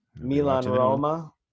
Milan-Roma